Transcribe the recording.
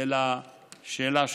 זה לשאלה שלך.